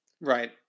Right